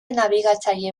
nabigatzaile